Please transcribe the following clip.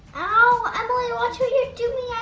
ow, emily watch what you're doing, i